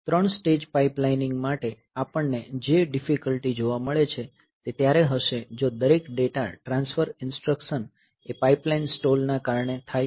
3 stage pipelining માટે આપણને જે ડીફીકલ્ટી જોવા મળે છે તે ત્યારે હશે જો દરેક ડેટા ટ્રાન્સફર ઈન્સ્ટ્રકશન એ પાઈપલાઈન સ્ટોલ ના કારણે થાય તો